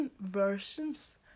versions